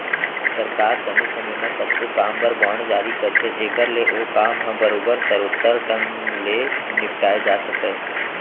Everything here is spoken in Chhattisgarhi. सरकार समे समे म कतको काम बर बांड जारी करथे जेकर ले ओ काम ह बरोबर सरोत्तर ढंग ले निपटाए जा सकय